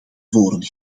voren